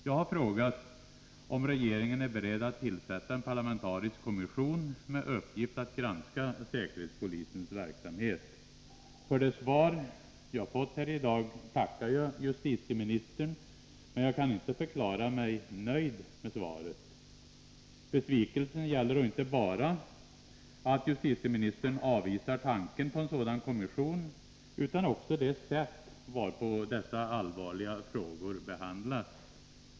Jag har frågat om regeringen är beredd att tillsätta en parlamentarisk kommission med uppgift att granska säkerhetspolisens verksamhet. För det svar jag fått här i dag tackar jag justitieministern, men jag kan inte förklara mig nöjd med svaret. Besvikelsen gäller då inte bara att justitieministern avvisar tanken på en sådan kommission utan också det sätt varpå dessa allvarliga frågor behandlas.